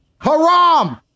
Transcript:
Haram